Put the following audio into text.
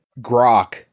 grok